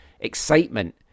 excitement